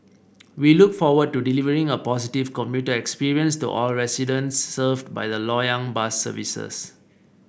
we look forward to delivering a positive commuter experience to all residents served by the Loyang bus services